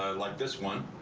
ah like this one.